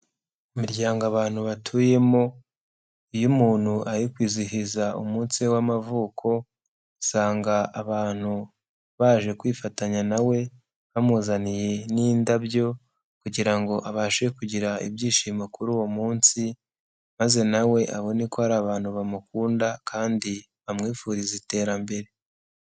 Imiryango abantu batuyemo iyo umuntu ari kwizihiza umunsi w'amavuko, usanga abantu baje kwifatanya na we bamuzaniye n'indabyo kugira ngo abashe kugira ibyishimo kuri uwo munsi, maze nawe abone ko ari abantu bamukunda kandi bamwifuriza iterambere.